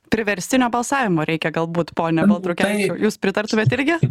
priverstinio balsavimo reikia galbūt pone baltrukėnai jūs pritartumėt irgi